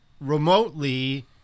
remotely